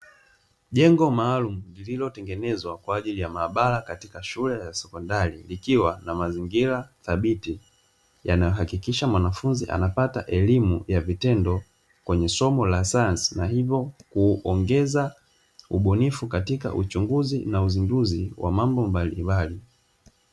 Jengo maalumu lililotengenezwa kwa ajili ya maabara katika shule ya sekondari likiwa na mazingira dhabiti, yanayohakikisha mwanafunzi anapata elimu ya vitendo kwenye somo la sayansi; na hivyo kuongeza ubunifu katika uchunguzi, na uzinduzi wa mambo mbalimbali.